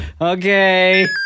Okay